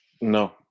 no